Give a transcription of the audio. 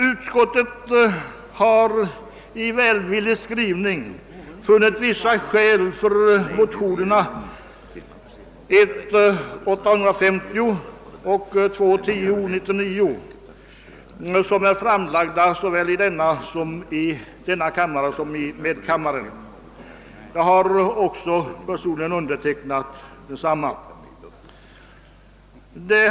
Utskottet har i en välvillig skrivning funnit vissa skäl för de uppfattningar som framföres i motionerna I:850 och 11: 1099; jag har personligen undertecknat motionen i denna kammare.